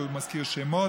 כי הוא מזכיר שמות,